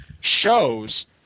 shows